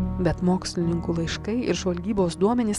bet mokslininkų laiškai ir žvalgybos duomenys